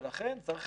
ולכן צריך